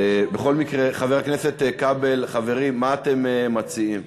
בכל מקרה, חבר הכנסת כבל, חברים, מה אתם מציעים?